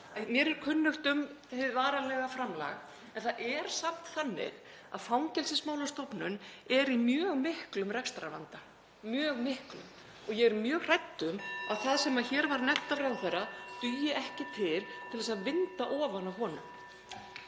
Mér er kunnugt um hið varanlega framlag en það er samt þannig að Fangelsismálastofnun er í mjög miklum rekstrarvanda, mjög miklum, og ég er mjög hrædd um að það sem hér var nefnt af ráðherra dugi ekki til til að vinda ofan af honum.